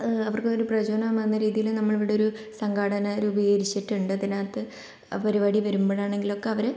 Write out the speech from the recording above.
അവർക്ക് ഒരു പ്രചോദനം എന്ന രീതിയിൽ നമ്മൾ ഇവിടെ ഒരു സംഘടന രൂപീകരിച്ചിട്ടുണ്ട് അതിനകത്ത് പരിപാടി വരുമ്പോഴാണെങ്കിലൊക്കെ അവര്